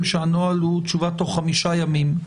שהנוהל הוא תשובה תוך חמישה ימים.